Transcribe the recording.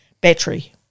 battery